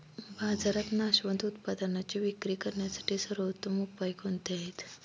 बाजारात नाशवंत उत्पादनांची विक्री करण्यासाठी सर्वोत्तम उपाय कोणते आहेत?